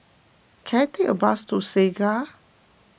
can I take a bus to Segar